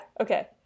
Okay